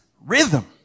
rhythm